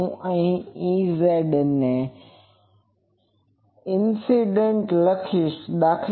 હું Ez incident લખીશ દા